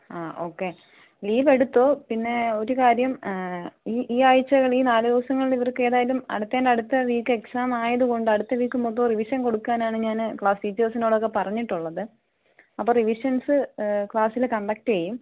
ആ okay leave എടുത്തോ പിന്നെ ഒരു കാര്യം ഈ ഈ ആഴ്ചകൾ ഈ ഈ നാല് ദിവസങ്ങളിൽ ഇവർക്ക് ഏതായാലും അടുത്തതിൻ്റെ അടുത്ത വീക്ക് എക്സാം ആയതുകൊണ്ട് അടുത്ത വീക്ക് മൊത്തവും റിവിഷൻ കൊടുക്കാനാണ് ഞാൻ ക്ലാസ് ടീച്ചേർസിനോടോക്കെ പറഞ്ഞിട്ടുളളത് അപ്പോൾ റിവിഷൻസ് ക്ലാസ്സിൽ കണ്ടക്റ്റ് ചെയ്യും